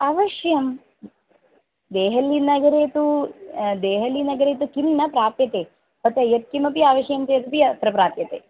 अवश्यं देहल्लीनगरे तु देहल्लीनगरे तु किं न प्राप्यते अतः यत्किमपि आवश्यं चेदपि अत्र प्राप्यते